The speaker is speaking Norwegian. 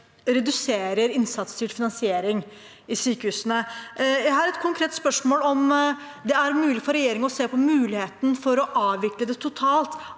reduserer innsatsstyrt finansiering i sykehusene. Jeg har et konkret spørsmål om det er mulig for regjeringen å se på muligheten for å avvikle det totalt